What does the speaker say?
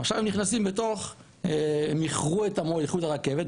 עכשיו איחרו את הרכבת,